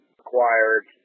acquired